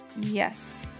Yes